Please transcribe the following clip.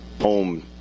home